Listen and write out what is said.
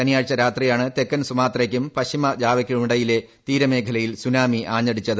ശനിയാഴ്ച രാത്രിയാണ് തെക്കൻ സുമാത്രയ്ക്കും പശ്ചിമ ജാവയ്ക്കുമിടയിലെ തീരമേഖലയിൽ സുനാമി ആഞ്ഞടിച്ചത്